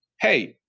hey